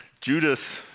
Judas